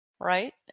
right